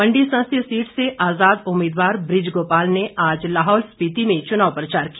मंडी संसदीय सीट से आजाद उम्मीदवार बूज गोपाल ने आज लाहौल स्पीति में चुनाव प्रचार किया